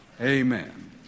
Amen